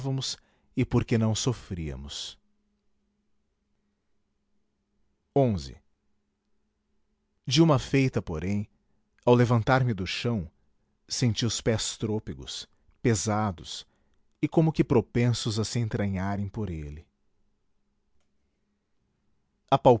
pensávamos e porque não sofríamos de uma feita porém ao levantar-me do chão senti os pés trôpegos pesados e como que propensos a se entranharem por ele